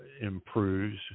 improves